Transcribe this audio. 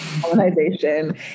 colonization